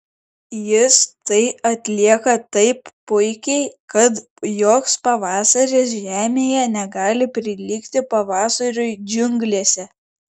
jis tai atlieka taip puikiai kad joks pavasaris žemėje negali prilygti pavasariui džiunglėse